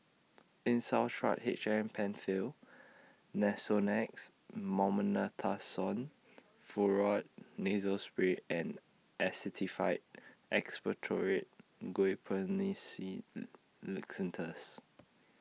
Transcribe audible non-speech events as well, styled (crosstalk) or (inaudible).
(unintelligible) H M PenFill Nasonex (unintelligible) Furoate Nasal Spray and Actified Expectorant Guaiphenesin (unintelligible) Linctus